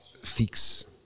fix